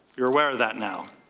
you're aware of that now?